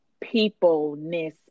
people-ness